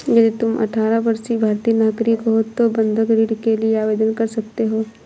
यदि तुम अठारह वर्षीय भारतीय नागरिक हो तो बंधक ऋण के लिए आवेदन कर सकते हो